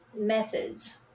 methods